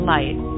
Light